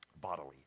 bodily